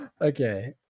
Okay